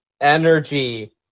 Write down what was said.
Energy